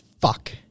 Fuck